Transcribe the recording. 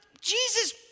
Jesus